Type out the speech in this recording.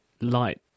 Light